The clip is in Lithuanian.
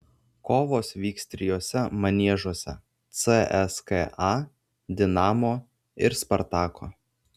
kovos vyks trijuose maniežuose cska dinamo ir spartako